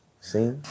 see